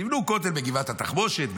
בנו כותל בגבעת התחמושת,